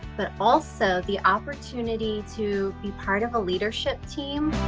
but also the opportunity to be part of a leadership team.